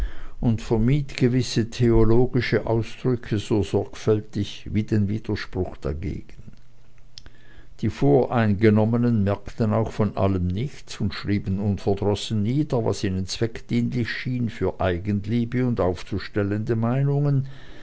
und vermied gewisse theologische ausdrücke so sorgfältig wie den widerspruch dagegen die voreingenommenen merkten auch von allem nichts und schrieben unverdrossen nieder was ihnen zweckdienlich schien für eigenliebe und aufzustellende meinungen